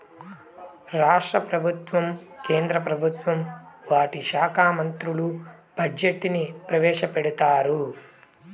రాష్ట్ర ప్రభుత్వం కేంద్ర ప్రభుత్వం వాటి శాఖా మంత్రులు బడ్జెట్ ని ప్రవేశపెడతారు